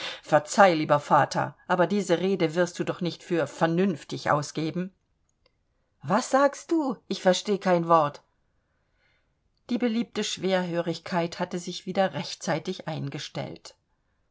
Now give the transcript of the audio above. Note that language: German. verzeih lieber vater aber diese rede wirst du doch nicht für vernünftig ausgeben was sagst du ich versteh kein wort die beliebte schwerhörigkeit hatte sich wieder rechtzeitig eingestellt